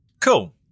Cool